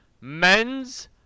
Men's